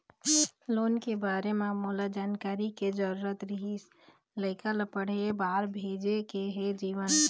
loan के बारे म मोला जानकारी के जरूरत रीहिस, लइका ला पढ़े बार भेजे के हे जीवन